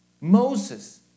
Moses